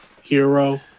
hero